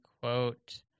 quote